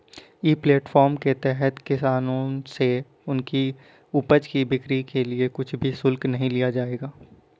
ई platform के तहत किसानों से उनकी उपज की बिक्री के लिए कुछ भी शुल्क नहीं लिया जाएगा